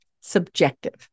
subjective